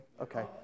okay